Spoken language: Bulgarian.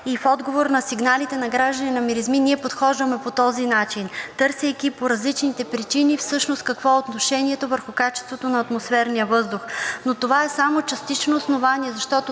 и в отговор на сигналите на граждани на миризми ние подхождаме по този начин, търсейки по различните причини всъщност какво е отношението върху качеството на атмосферния въздух. Това е само частично основание, защото,